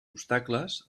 obstacles